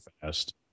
fast